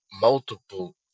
multiple